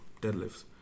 deadlifts